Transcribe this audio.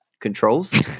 controls